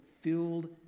filled